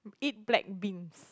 eat black beans